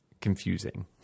confusing